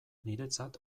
niretzat